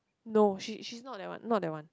no she she's not that one not that one